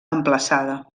emplaçada